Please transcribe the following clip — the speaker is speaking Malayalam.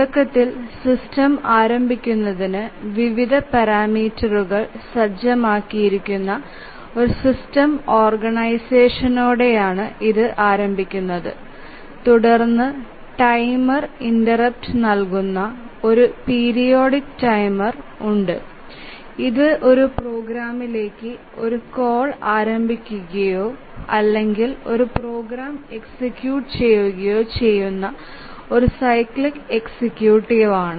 തുടക്കത്തിൽ സിസ്റ്റം ആരംഭിക്കുന്നതിന് വിവിധ പാരാമീറ്ററുകൾ സജ്ജമാക്കിയിരിക്കുന്ന ഒരു സിസ്റ്റം ഓർഗനൈസേഷനോടെയാണ് ഇത് ആരംഭിക്കുന്നത് തുടർന്ന് ടൈമർ ഇന്ററപ്റ്റ് നൽകുന്ന ഒരു പീരിയോഡിക് ടൈമർ ഉണ്ട് ഇത് ഒരു പ്രോഗ്രാമിലേക്ക് ഒരു കോൾ ആരംഭിക്കുകയോ അല്ലെങ്കിൽ ഒരു പ്രോഗ്രാം എക്സിക്യൂട്ട് ചെയ്യുകയോ ചെയ്യുന്ന ഒരു സൈക്ലിക് എക്സിക്യൂട്ടീവ് ആണ്